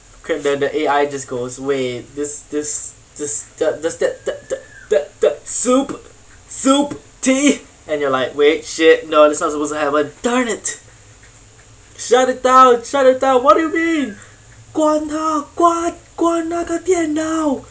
could the the A_I just goes wait this this this the the the the the the soup soup tea and you're like wait shit no this not supposed to happen darn it shut it down shut it down what do you mean 关它关关那个电脑